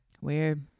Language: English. Weird